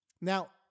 Now